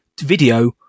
video